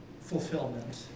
fulfillment